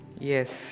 yes